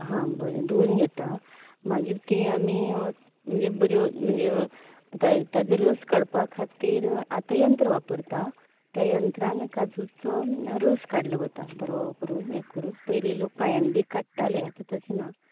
हां बरें धूवन घेतात मागीर ती आमी म्हणजे बरी म्हणजे ताज ताजो रोस काडपा खातीर आता यंत्र वापरतात तें यंत्रान काजुचो रोस काडलो वता बरो करून हें करून पयलीं लोक पांयांनी बी काडटाले आतां तशें ना